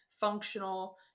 functional